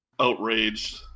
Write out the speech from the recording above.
outraged